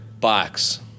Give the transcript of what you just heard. box